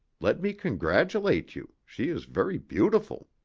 let me congratulate you. she is very beautiful.